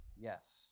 Yes